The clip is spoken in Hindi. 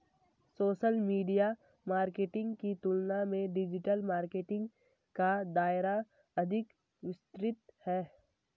सोशल मीडिया मार्केटिंग की तुलना में डिजिटल मार्केटिंग का दायरा अधिक विस्तृत है